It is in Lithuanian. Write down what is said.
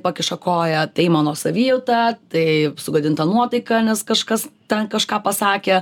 pakiša koją tai mano savijauta tai sugadinta nuotaika nes kažkas ten kažką pasakė